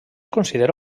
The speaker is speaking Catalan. considera